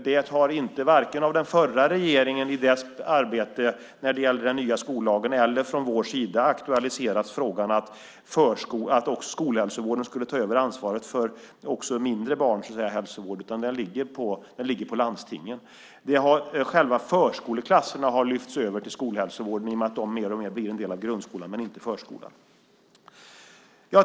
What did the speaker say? Det har inte av vare sig den förra regeringen i dess arbete med den nya skollagen eller från vår sida aktualiserats frågan att skolhälsovården skulle ta över ansvaret också för mindre barns hälsovård, utan det ligger på landstingen. Själva förskoleklasserna har lyfts över till skolhälsovården i och med att de mer och mer blir en del av grundskolan - men inte förskolan.